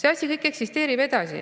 See asi kõik eksisteerib edasi.